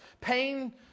pain